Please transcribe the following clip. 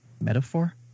Metaphor